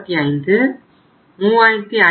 00 3512